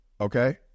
Okay